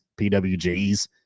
PWGs